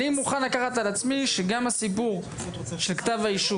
אני מוכן לקחת על עצמי שגם הסיפור של כתב האישום